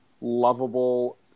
lovable